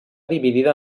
dividida